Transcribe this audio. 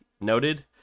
noted